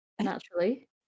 Naturally